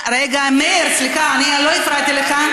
רגע, מאיר, סליחה, לא הפרעתי לך.